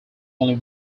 only